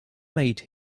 made